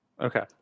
Okay